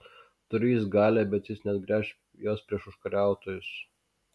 turi jis galią bet jis neatgręš jos prieš užkariautojus